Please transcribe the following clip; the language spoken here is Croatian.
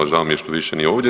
Žao mi je što više nije ovdje.